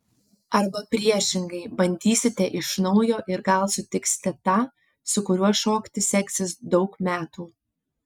arba priešingai bandysite iš naujo ir gal sutiksite tą su kuriuo šokti seksis daug metų